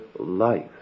life